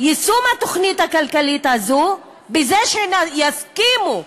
יישום התוכנית הכלכלית הזו בזה שהם יסכימו,